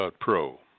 Pro